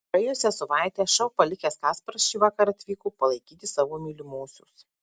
praėjusią savaitę šou palikęs kasparas šįvakar atvyko palaikyti savo mylimosios